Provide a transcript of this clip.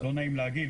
לא נעים להגיד,